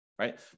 Right